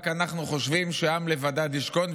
רק אנחנו חושבים שעם לבדד ישכון,